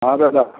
हा दादा